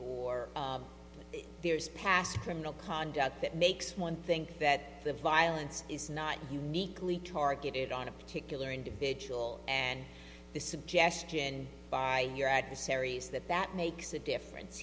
if there is past criminal conduct that makes one think that the violence is not uniquely targeted on a particular individual and the suggestion by your adversaries that that makes a difference